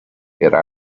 era